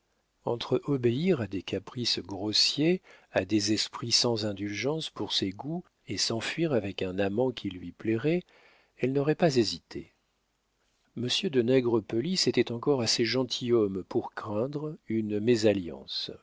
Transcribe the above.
entre obéir à des caprices grossiers à des esprits sans indulgence pour ses goûts et s'enfuir avec un amant qui lui plairait elle n'aurait pas hésité monsieur de nègrepelisse était encore assez gentilhomme pour craindre une mésalliance